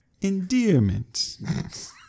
Endearment